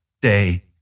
day